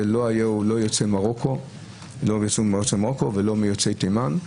לא היה מיוצאי מרוקו ולא מיוצאי תימן,